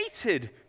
hated